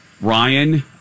Ryan